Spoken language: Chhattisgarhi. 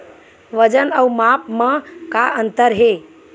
वजन अउ माप म का अंतर हे?